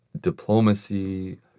diplomacy